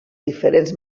diferents